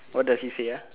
what does it say uh